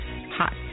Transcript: hot